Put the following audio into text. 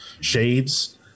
shades